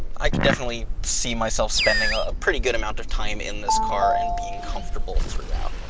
i can definitely see myself spending a pretty good amount of time in this car and being comfortable throughout.